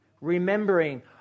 remembering